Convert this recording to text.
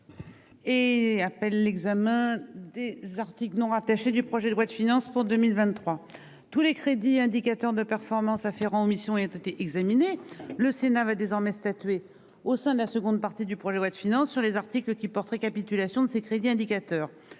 Et appelle l'examen des articles non rattachés du projet de loi de finances pour 2023, tous les crédits indicateurs de performance afférents mission été examiné le Sénat va désormais statuer au sein de la seconde partie du projet de loi de finances sur les articles qui porterait capitulation de ces crédits indicateurs.